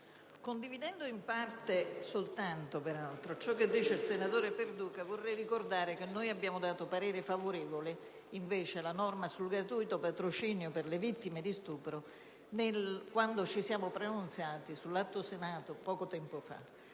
soltanto in parte, ciò che dice il senatore Perduca, vorrei ricordare che abbiamo dato parere favorevole alla norma sul gratuito patrocinio per le vittime di stupro quando ci siamo pronunciati sull'Atto Senato n. 733 poco tempo fa.